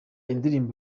indirimbo